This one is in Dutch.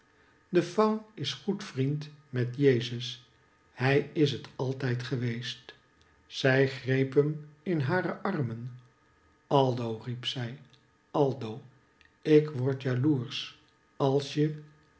de faun is goed vriend met jezus hij is het altijd geweest zij greep hem in hare armen aldo riep zij aldo ik wordjaloersch als je